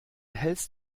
hältst